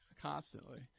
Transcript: Constantly